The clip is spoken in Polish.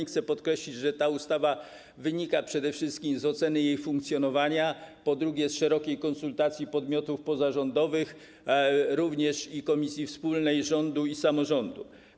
Chcę też podkreślić, że ta ustawa wynika przede wszystkim z oceny jej funkcjonowania, a po drugie, z szerokiej konsultacji z podmiotami pozarządowymi, również z komisją wspólną rządu i samorządu.